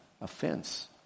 offense